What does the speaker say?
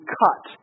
cut